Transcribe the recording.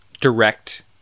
direct